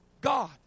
God